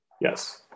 Yes